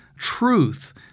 truth